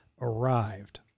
arrived